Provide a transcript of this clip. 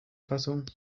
fassung